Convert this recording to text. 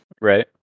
Right